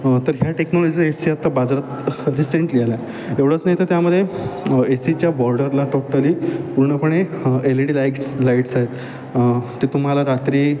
तर ह्या टेक्नॉलॉजीचा एसी आत्ता बाजारात रिसेंटली आलाय एवढंच नाही तर त्यामदे एसीच्या बॉर्डरला टोटली पूर्णपणे एलईडी लाईट्स लाईट्स आहेत ते तुम्हाला रात्री